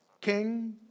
king